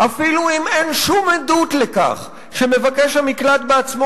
אפילו אם אין שום עדות לכך שמבקש המקלט בעצמו